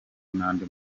n’andi